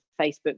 Facebook